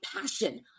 passion